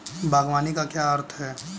बागवानी का क्या अर्थ है?